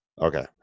Okay